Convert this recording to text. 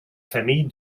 famille